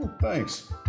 Thanks